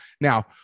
Now